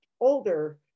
older